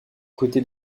côté